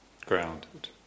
grounded